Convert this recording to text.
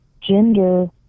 gender